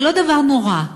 זה לא דבר נורא.